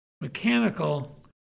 mechanical